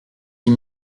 qui